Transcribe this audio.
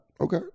Okay